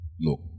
Look